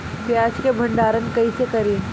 प्याज के भंडारन कईसे करी?